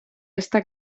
esta